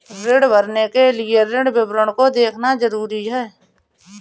ऋण भरने के लिए ऋण विवरण को देखना ज़रूरी है